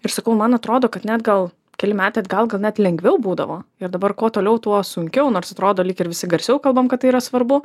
ir sakau man atrodo kad net gal keli metai atgal gal net lengviau būdavo ir dabar kuo toliau tuo sunkiau nors atrodo lyg ir visi garsiau kalbam kad tai yra svarbu